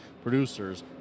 producers